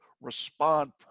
respond